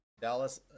Dallas